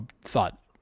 thought